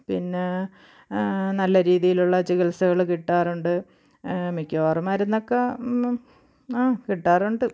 പിന്നെ നല്ല രീതിയിലുള്ള ചികിത്സകൾ കിട്ടാറുണ്ട് മിക്കവാറും മരുന്നൊക്ക കിട്ടാറുണ്ട്